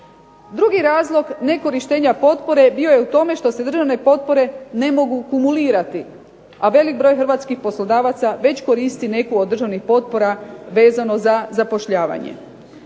Drugi razlog nekorištenja potpore bio je u tome što se državne potpore ne mogu kumulirati, a velik broj hrvatskih poslodavaca već koristi neku od državnih potpora vezano za zapošljavanje.